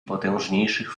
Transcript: potężniejszych